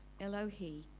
Elohi